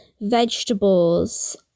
vegetables